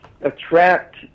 attract